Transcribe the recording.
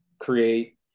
create